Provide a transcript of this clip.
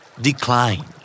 Decline